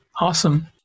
Awesome